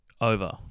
over